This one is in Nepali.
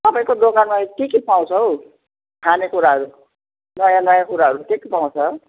तपाईँको दोकानमा के के पाउँछ हो खाने कुराहरू नयाँ नयाँ कुराहरू के के पाउँछ